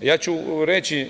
Reći ću